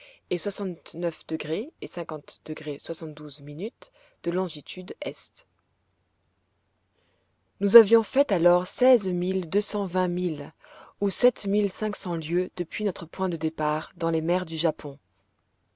et de longitude est nous avions fait alors seize mille deux cent vingt milles ou sept mille cinq cents lieues depuis notre point de départ dans les mers du japon